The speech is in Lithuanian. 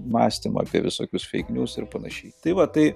mąstymą apie visokius feikniūz ir panašiai tai va tai